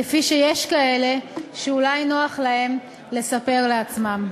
כפי שיש כאלה שאולי נוח להם לספר לעצמם.